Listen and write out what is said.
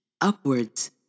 Upwards